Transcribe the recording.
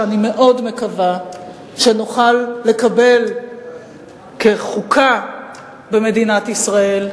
שאני מאוד מקווה שנוכל לקבל כחוקה במדינת ישראל,